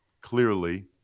clearly